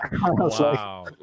Wow